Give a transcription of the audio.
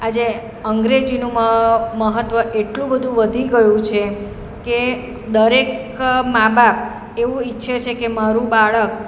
આજે અંગ્રેજીનું મહત્ત્વ એટલું બધું વધી ગયું છે કે દરેક માબાપ એવું ઈચ્છે છે કે મારું બાળક